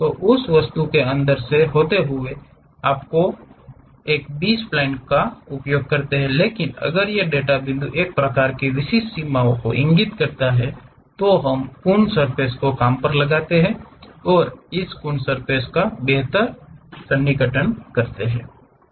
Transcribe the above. उस वस्तु के अंदर से होते हुएकहीं आपके पास है तो आप B splines का उपयोग करते हैं लेकिन अगर ये डेटा एक विशेष प्रकार की सीमा पर इंगित करता है तो हम इन कून्स सर्फ़ेस को कम पर लगते हैं और इस कून्स सर्फ़ेस बेहतर हैं सन्निकटन के लिए